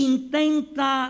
Intenta